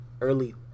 early